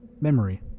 memory